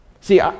See